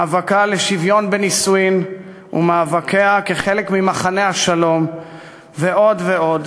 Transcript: מאבקה לשוויון בנישואים ומאבקיה כחלק ממחנה השלום ועוד ועוד,